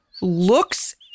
looks